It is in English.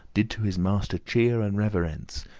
did to his master cheer and reverence,